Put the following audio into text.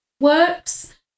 works